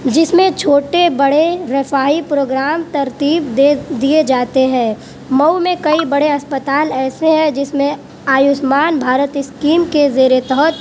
جس میں چھوٹے بڑے رفاہی پروگرام ترتیب دے دیئے جاتے ہیں مئو میں کئی بڑے اسپتال ایسے ہیں جس میں آیوشمان بھارت اسکیم کے زیر تحت